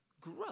grow